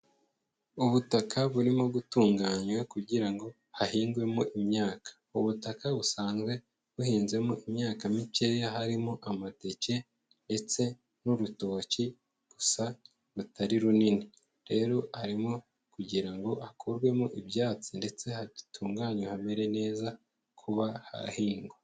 Ubutaka burimo gutunganywa kugira ngo hahingwemo imyaka, ubutaka busanzwe buhinzemo imyaka mikeya harimo amateke ndetse n'urutoki gusa rutari runini, rero harimo kugira ngo akurwemo ibyatsi ndetse hatunganywe hamere neza, kuba hahingwa.